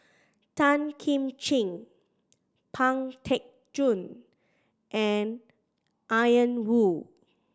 Tan Kim Ching Pang Teck Joon and Ian Woo